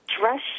dress